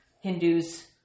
Hindus